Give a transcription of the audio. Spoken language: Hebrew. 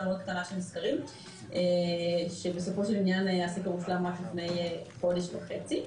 קטנה של נסקרים שבסופו של עניין --- רק לפני חודש וחצי.